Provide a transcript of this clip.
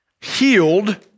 healed